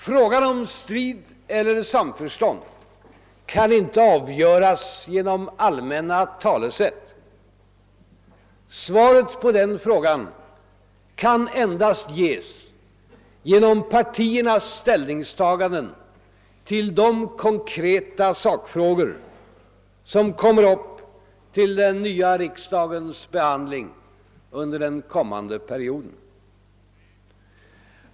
Frågan om strid eller samförstånd kan inte avgöras genom allmänna talesätt. Svaret på den frågan kan endast ges genom partiernas ställningstaganden till de konkreta sakfrågor, som kommer upp till den nya riksdagens behandling under den kommånde perioden.